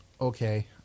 Okay